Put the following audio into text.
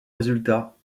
résultats